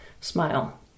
smile